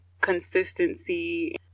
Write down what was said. consistency